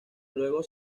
luego